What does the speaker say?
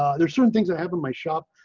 um there's certain things i have in my shop.